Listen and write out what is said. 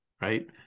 Right